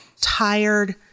tired